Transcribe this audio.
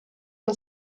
and